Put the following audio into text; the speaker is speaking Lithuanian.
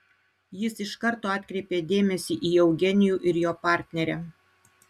jis iš karto atkreipė dėmesį į eugenijų ir jo partnerę